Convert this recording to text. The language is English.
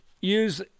use